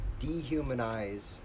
Dehumanize